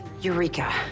Eureka